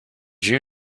you